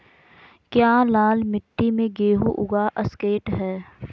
क्या लाल मिट्टी में गेंहु उगा स्केट है?